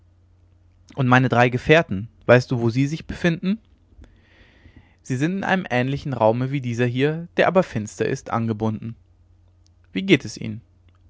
und meine drei gefährten weißt du wo sie sich befinden sie sind in einem ähnlichen raume wie dieser hier der aber finster ist angebunden wie geht es ihnen